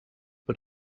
but